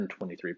123